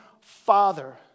Father